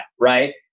right